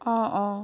অঁ অঁ